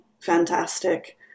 fantastic